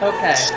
Okay